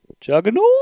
Juggernaut